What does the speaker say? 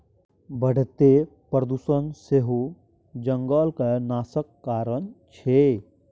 बढ़ैत प्रदुषण सेहो जंगलक नाशक कारण छै